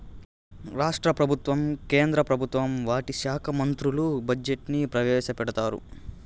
రాష్ట్ర ప్రభుత్వం కేంద్ర ప్రభుత్వం వాటి శాఖా మంత్రులు బడ్జెట్ ని ప్రవేశపెడతారు